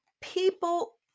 People